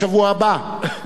בשבוע הבא,